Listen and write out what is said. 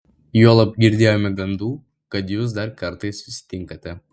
juolab girdėjome gandų kad jūs dar kartais susitinkate